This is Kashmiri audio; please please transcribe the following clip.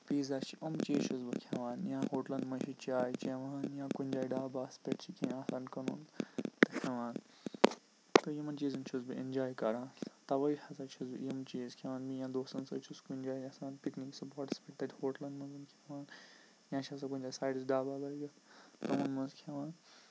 پیٖزا چھِ یِم چیٖز چھُس بہٕ کھٮ۪وان یا ہوٹلن منٛز چھِ چاے چٮ۪وان یا کُنہِ جایہِ ڈاباہَس پٮ۪ٹھ چھِ کیٚنٛہہ آسان کٕنُن کھٮ۪وان تہٕ یِمن چیٖزن چھُس بہٕ اٮ۪نجاے کران تَوَے ہسا چھُس بہٕ یِم چیٖز کھٮ۪وان میٛٲنۍ دوستَن سۭتۍ چھُس کُنہِ جایہِ آسان پِکنِک سُپاٹَس پٮ۪ٹھ تَتہِ ہوٹلَن منٛز کھٮ۪وان یا چھُ آسان کُنہِ جایہِ سایڈَس ڈابا لٲگِتھ یِمَن منٛز کھٮ۪وان